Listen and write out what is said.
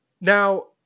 Now